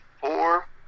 four